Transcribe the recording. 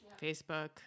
Facebook